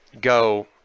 go